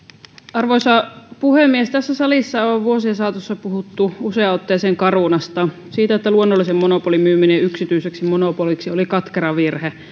arvoisa puhemies tässä salissa on vuosien saatossa puhuttu useaan otteeseen carunasta siitä että luonnollisen monopolin myyminen yksityiseksi monopoliksi oli katkera virhe